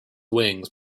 wings